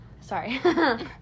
sorry